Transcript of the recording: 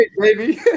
baby